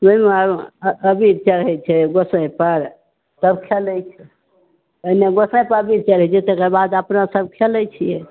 ओहिमे अबीर चढ़ै छै गोसाइ पर तब खेलै छै ओहिमे गोसाइ पर अबीर चढ़ै छै तेकरा बाद अपना सब खेलै छियै